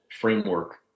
framework